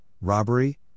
robbery